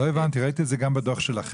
לא הבנתי, ראיתי את זה גם בדו״ח שלכם.